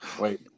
Wait